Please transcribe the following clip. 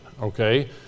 okay